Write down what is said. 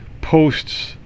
posts